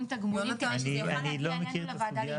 תגמולים כדי שזה יוכל להגיע אלינו לוועדה לאישור.